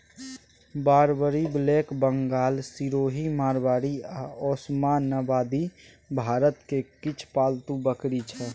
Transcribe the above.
Barbari, black Bengal, Sirohi, Marwari आ ओसमानाबादी भारतक किछ पालतु बकरी छै